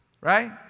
Right